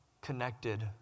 connected